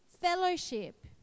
fellowship